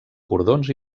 cordons